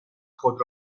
خود